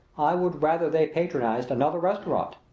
i would rather they patronized another restaurant.